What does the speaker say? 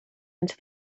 into